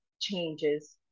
changes